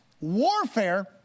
warfare